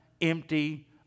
empty